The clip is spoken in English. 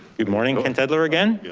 good morning, kent edler again.